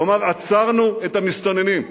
כלומר, עצרנו את המסתננים.